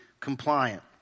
Compliant